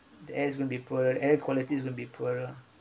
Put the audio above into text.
the air gonna be poorer air quality will be poorer